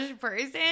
person